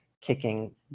kicking